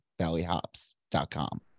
valleyhops.com